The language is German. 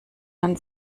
man